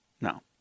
No